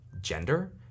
gender